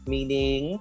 Meaning